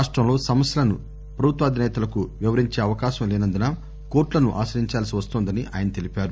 రాష్టంలో సమస్యలను ప్రభుత్వాధిసేతలకు వివరించే అవకాశం లేనందున కోర్లులను ఆశ్రయించాల్సి వస్తోందని ఆయన తెలిపారు